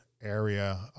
area